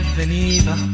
veniva